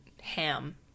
ham